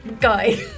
guy